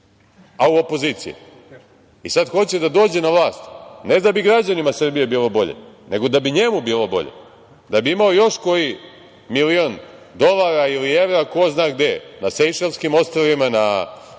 a u opoziciji. Sad hoće da dođe na vlast, ne da bi građanima Srbije bilo bolje, nego da bi njemu bilo bolje, da bi imao još koji milion dolara, ili evra, ko zna gde, na Sejšelskim ostrvima, na